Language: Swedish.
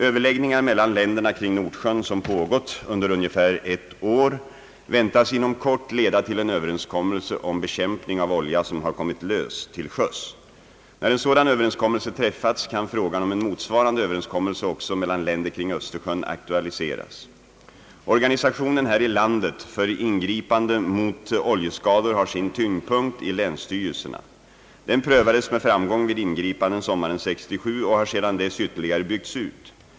Överläggningar mellan länderna kring Nordsjön som pågått under ungefär ett år väntas inom kort leda till en överenskommelse om bekämpning av olja som har kommit lös till sjöss. När en sådan överenskommelse träffats kan frågan om en motsvarande överenskommelse också mellan länder kring Östersjön aktualiseras. Organisationen här i landet för ingripanden mot oljeskador har sin tyngdpunkt i länsstyrelserna. Den prövades med framgång vid ingripanden sommaren 1967 och har sedan dess ytterligare byggts ut.